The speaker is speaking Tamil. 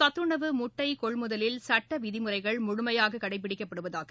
சத்துணவு முட்டை கொள்முதலில் சுட்ட விதிமுறைகள் முழுமையாக கடைபிடிக்கப்படுவதாக